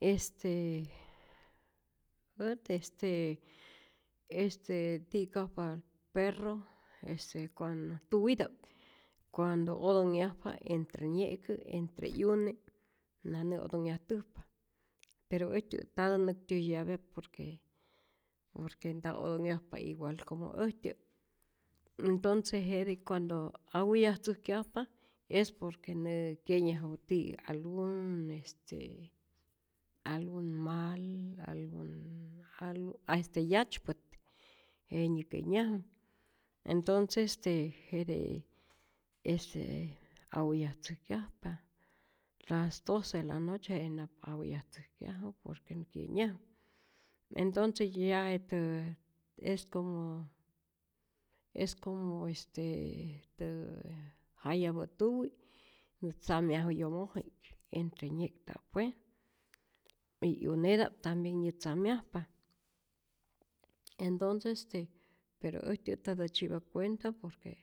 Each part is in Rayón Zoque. Este ät este este tikajpa, perro este cuando tuwita'p cuando otonyajpa entre nye'kä, entre 'yune na nä'otonhyajtäjpa, pero äjtyä ntatä näktyäjyapya por que porque nta otonhyajpa igual como äjtyä, entonce jete cuando aullatzäjkyajpa, es por que nä kyenyaju ti'yä algun este algun mal, algun algo este yatzypät jete nä kenyaju, entonce este jete este aullatzäjkyajpa, las doce de la noche, jete nap aullatzäjkyaju por que nä kyenyaju, entonce ya jetä es como es como este jetä jayapä tuwi, nä tzamyaju yomoji'k entre nye'kta'p pue' y 'yuneta'p tambien nyätzamyajpa, entonces si, pero äjtyät ntatä tzyi'pa cuenta por que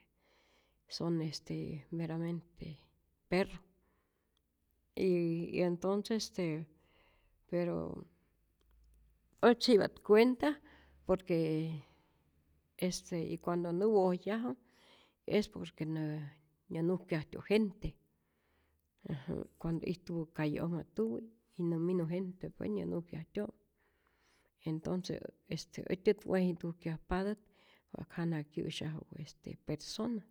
son este meramente perro y y entonces este pero ät tzyipa't cuenta por que este y cuando nä wojyaju es por que nä nujkyajtyo' gente, äjä' cuando ijtupä calle'oj je tuwi y nä minu gente pue nya nujkyajtyo'u, entonces este äjtyät wejintujkyajpatät wa'k jana kya'syaju este persona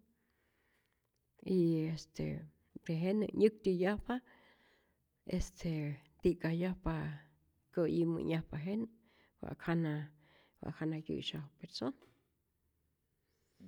y este tejenä' nyäktyäyajpa, este ti'kajyajpa kä'yi mä'nyajpa, jenä wa'k wa'k jana kyä'syaju je pät.